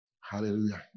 Hallelujah